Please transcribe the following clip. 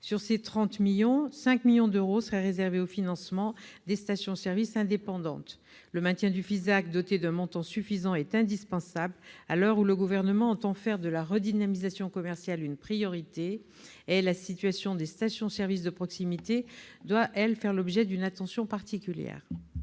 Sur ces 30 millions, 5 millions d'euros seraient réservés au financement des stations-service indépendantes. En effet, le maintien du FISAC, doté d'un montant suffisant, est indispensable à l'heure où le Gouvernement entend faire de la redynamisation commerciale une priorité. La situation des stations-service de proximité doit, quant à elle, faire l'objet d'une attention particulière.